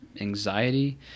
anxiety